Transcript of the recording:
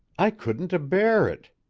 i couldn't abear it.